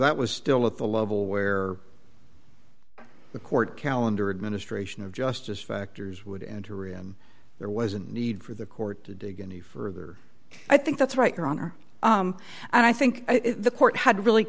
that was still at the level where the court calendar administration of justice factors would enter reem there wasn't need for the court to dig any further i think that's right your honor and i think the court had really